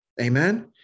Amen